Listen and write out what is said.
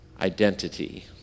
identity